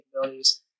capabilities